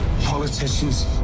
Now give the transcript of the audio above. Politicians